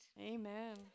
Amen